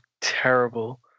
terrible